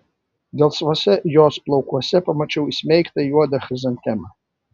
gelsvuose jos plaukuose pamačiau įsmeigtą juodą chrizantemą